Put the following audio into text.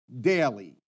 daily